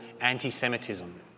anti-Semitism